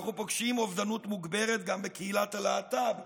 אנחנו פוגשים אובדנות מוגברת גם בקהילת הלהט"ב,